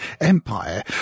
Empire